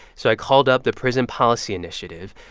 so i called up the prison policy initiative.